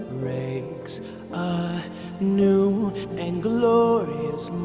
breaks a new and glorious